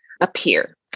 appear